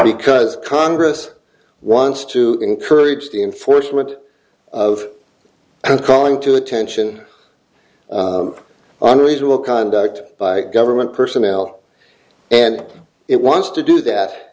because congress wants to encourage the enforcement of calling to attention unreasonable conduct by government personnel and it wants to do that